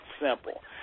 simple